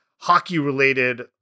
hockey-related